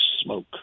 smoke